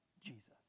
Jesus